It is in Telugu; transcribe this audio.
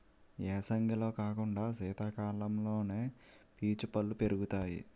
ఏసంగిలో కాకుండా సీతకాలంలోనే పీచు పల్లు పెరుగుతాయి